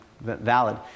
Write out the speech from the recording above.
valid